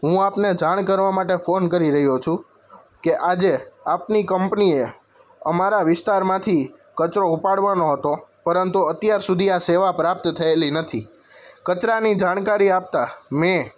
હું આપને જાણ કરવા માટે ફોન કરી રહ્યો છું કે આજે આપની કંપનીએ અમારા વિસ્તારમાંથી કચરો ઉપાડવાનો હતો પરંતુ અત્યાર સુધી આ સેવા પ્રાપ્ત થયેલી નથી કચરાની જાણકારી આપતા મેં